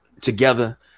together